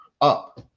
up